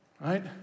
right